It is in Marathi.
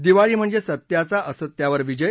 दिवाळी म्हणजे सत्याचा असत्यावर विजय